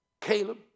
Caleb